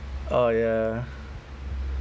oh ya